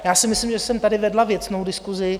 Já si myslím, že jsem tady vedla věcnou diskusi.